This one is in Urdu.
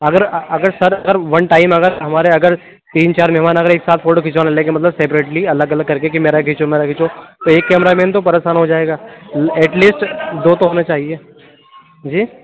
اگر اگر سر اگر ون ٹائم اگر ہمارے اگر تین چار مہمان اگر ایک ساتھ فوٹو کھینچوانے لگے مطلب سیپریٹلی الگ الگ کر کے کہ میرا کھیچو میرا کھیچو تو ایک کیمرہ مین تو پریسان ہو جائے گا ایٹ لیسٹ دو تو ہونے چاہیے جی